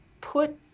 put